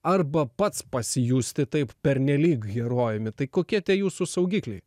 arba pats pasijusti taip pernelyg herojumi tai kokie tie jūsų saugikliai